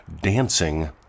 dancing